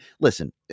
Listen